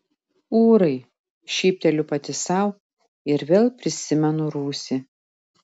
ūrai šypteliu pati sau ir vėl prisimenu rūsį